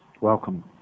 Welcome